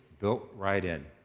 built right in,